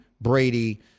Brady